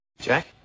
Jack